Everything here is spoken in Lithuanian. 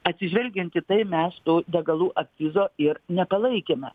atsižvelgiant į tai mes tų degalų akcizo ir nepalaikėme